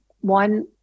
one